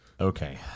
Okay